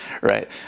right